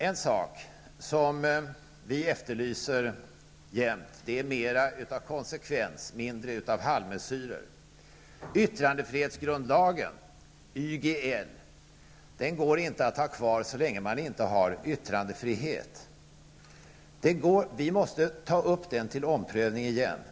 En sak som vi jämt efterlyser är mera av konsekvens och mindre av halvmesyrer. Yttrandefrihetsgrundlagen, YGL, går inte att ha kvar så länge man inte har yttrandefrihet. Vi måste ta upp den till omprövning.